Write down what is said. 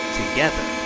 together